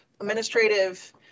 Administrative